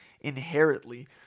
inherently